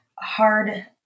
hard